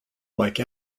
mike